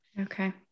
Okay